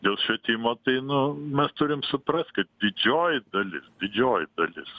dėl švietimo tai nu mes turim suprast kad didžioji dalis didžioji dalis